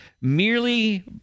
merely